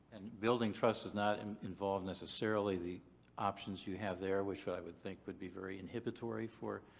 and building trust is not and involved necessarily the options you have there which i would think would be very inhibitory for